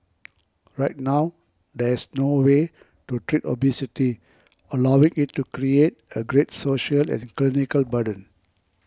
right now there's no way to treat obesity allowing it to create a great social and clinical burden